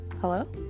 hello